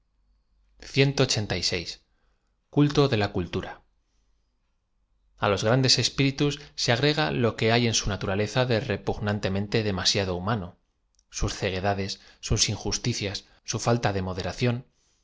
l de la cultura a los grandes espíritus se agreg a lo que hay en su naturaleza de repugnantemente demasiado humano sus ceguedades sus injusticias su falta de modera